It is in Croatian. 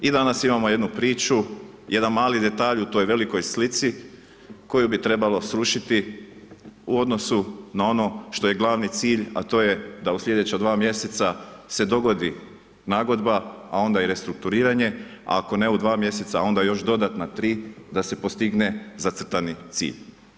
I danas imamo jednu priču, jedan mali detalj u toj velikoj slici koju bi trebalo srušiti u odnosu na ono što je glavni cilj a to je da u slijedeća 2 mjeseca se dogodi nagodba a onda i restrukturiranje, ako ne u 2 mjeseca onda još dodatna 3, da se postigne zacrtani cilj.